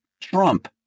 Trump